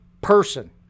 person